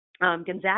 Gonzaga